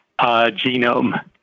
genome